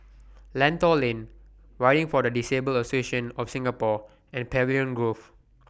Lentor Lane Riding For The Disabled Association of Singapore and Pavilion Grove